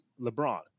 LeBron